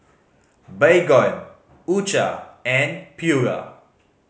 Baygon U Cha and Pura